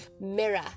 mirror